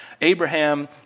Abraham